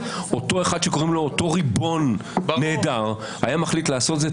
אם אותו ריבון נהדר היה מחליט לעשות לעשות את זה,